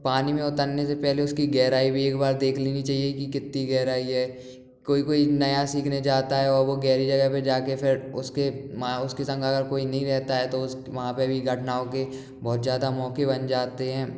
पानी में उतरने से पहले उसकी गहराई भी एक बार देख लेना चाहिए की कितनी गहराई है कोई कोई नया सीखने जाता है और वो गहरी जगह पे जाके फिर मां उसके संग अगर कोई नही रहता है तो वहाँ पे भी घटनाओं के बहुत ज़्यादा मौके बन जाते हैं